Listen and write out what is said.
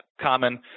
common